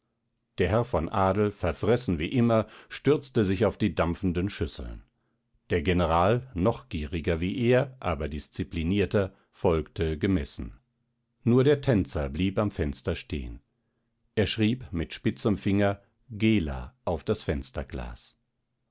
der herr von adel verfressen wie immer stürzte sich auf die dampfenden schüsseln der general noch gieriger wie er aber disziplinierter folgte gemessen nur der tänzer blieb am fenster stehen er schrieb mit spitzem finger gela auf das fensterglas